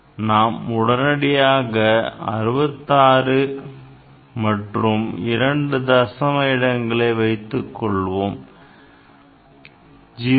நாம் உடனடியாக 66 மற்றும் இரண்டு தசம இடங்களை வைத்துக் கொள்வோம் 0